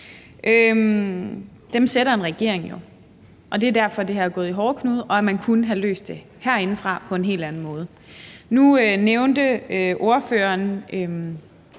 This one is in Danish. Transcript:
Dem sætter en regering jo, og det er derfor, det her er gået i hårdknude, og man kunne have løst det herindefra på en helt anden måde. Nu nævnte ordføreren